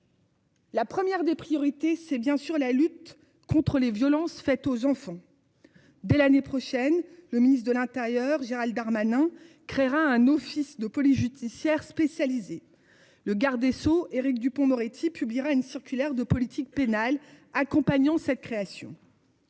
La première des priorités, c'est bien sûr la lutte contre les violences faites aux enfants. Dès l'année prochaine. Le ministre de l'Intérieur Gérald Darmanin créera un office de police judiciaire spécialisés. Le garde des Sceaux Éric Dupond-Moretti publiera une circulaire de politique pénale accompagnons cette création.--